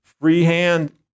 freehand